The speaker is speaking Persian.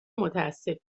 متاسفیم